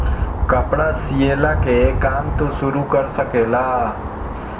कपड़ा सियला के काम तू शुरू कर सकेला